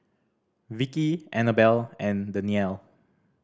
Vicky Annabel and Daniele